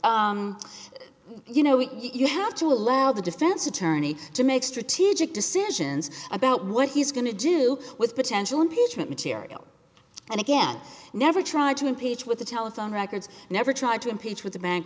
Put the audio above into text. sometimes you know you have to allow the defense attorney to make strategic decisions about what he's going to do with potential impeachment material and again never tried to impeach with the telephone records never tried to impeach with the bank